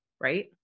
right